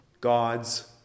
God's